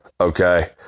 okay